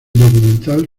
documental